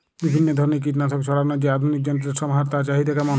বিভিন্ন ধরনের কীটনাশক ছড়ানোর যে আধুনিক যন্ত্রের সমাহার তার চাহিদা কেমন?